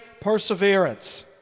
perseverance